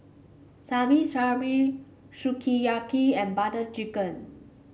Shabu Shabu Sukiyaki and Butter Chicken